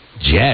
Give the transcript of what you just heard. Jet